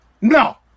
No